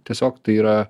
tiesiog tai yra